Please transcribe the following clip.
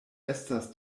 estas